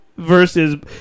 versus